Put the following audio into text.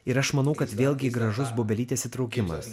ir aš manau kad vėlgi gražus bubelytės įtraukimas